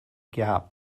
gap